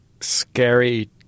scary